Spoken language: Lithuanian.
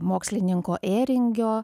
mokslininko ėringio